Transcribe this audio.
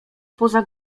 poza